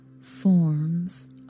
forms